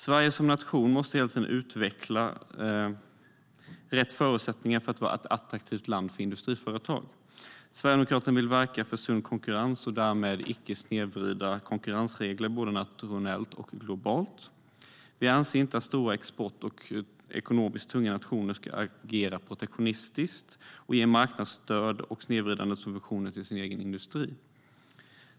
Sverige som nation måste hela tiden utveckla rätt förutsättningar för att vara ett attraktivt land för industriföretag. Sverigedemokraterna vill verka för sund konkurrens och därmed icke snedvridande regler både nationellt och globalt. Vi anser inte att stora exportnationer och ekonomiskt tunga nationer ska agera protektionistiskt och ge marknadsstöd och snedvridande subventioner till sin egen industri.